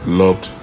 loved